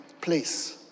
place